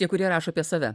tie kurie rašo apie save